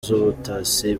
z’ubutasi